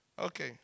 Okay